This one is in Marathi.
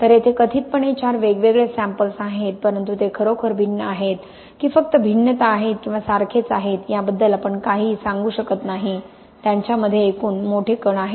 तर येथे कथितपणे चार वेगवेगळे सॅम्पल्स आहेत परंतु ते खरोखर भिन्न आहेत की फक्त भिन्नता आहेत किंवा सारखेच आहेत याबद्दल आपण काहीही सांगू शकत नाही त्यांच्यामध्ये एकूण मोठे कण आहेत